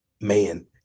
Man